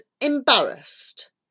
embarrassed